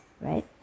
right